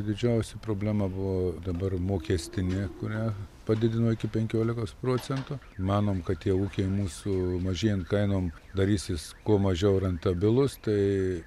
didžiausia problema buvo dabar mokestinė kurią padidino iki penkiolikos procentų manom kad tie ūkiai mūsų mažėjant kainom darysis kuo mažiau rentabilūs tai